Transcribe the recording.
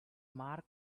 mark